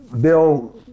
Bill